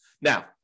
Now